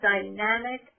dynamic